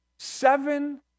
Seven